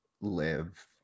live